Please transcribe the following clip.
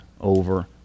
over